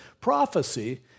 prophecy